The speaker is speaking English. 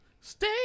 Stay